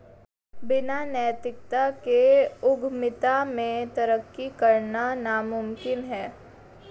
बिना नैतिकता के उद्यमिता में तरक्की करना नामुमकिन है